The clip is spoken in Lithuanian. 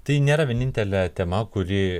tai nėra vienintelė tema kuri